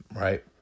right